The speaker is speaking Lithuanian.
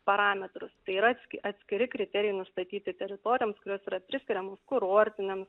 parametrus tai yra atski atskiri kriterijai nustatyti teritorijoms kurios yra priskiriamos kurortinėms